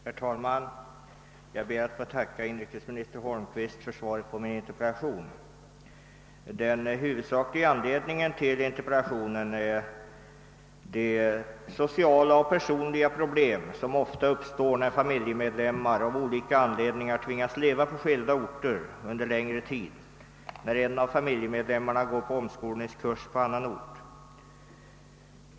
Herr talman! Jag ber att få tacka inrikesminister Holmqvist för svaret på min interpellation. Den huvudsakliga anledningen till interpellationen är de sociala och personliga problem som ofta uppstår när familjemedlemmar av olika anledning: ar tvingas leva på skilda orter under en längre tid därför att en av familjemedlemmarna går på omskolningskurs på annan ort.